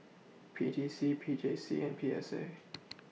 P T C P J C and P S A